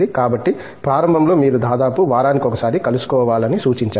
కాబట్టి ప్రారంభంలో మీరు దాదాపు వారానికొకసారి కలుసుకోవాలని సూచించారు